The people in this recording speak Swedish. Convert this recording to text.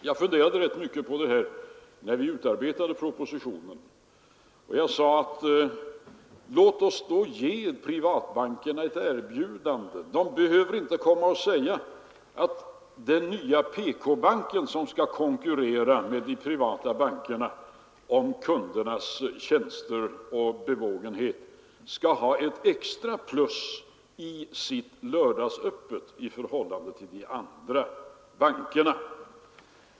Jag funderade rätt mycket på det här när vi utarbetade propositionen. Jag sade: Låt oss då ge privatbankerna ett erbjudande! De behöver inte komma och säga att den nya PK-banken, som skall konkurrera med de privata bankerna om kundernas bevågenhet, får ett extra plus i sitt lördagsöppethållande i jämförelse med de andra bankerna.